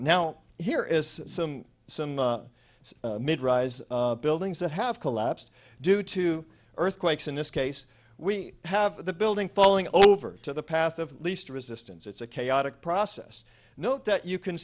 now here is some some mid rise buildings that have collapsed due to earthquakes in this case we have the building falling over to the path of least resistance it's a chaotic process note that you can